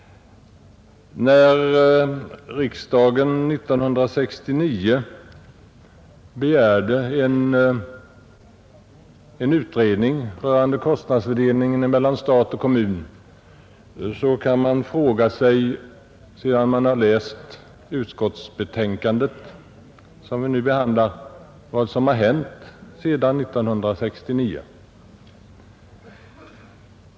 Riksdagen begärde 1969 en utredning om kostnadsfördelningen mellan stat och kommun. Sedan man läst det utskottsbetänkande som vi nu behandlar kan man fråga sig vad som har hänt sedan 1969.